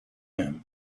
him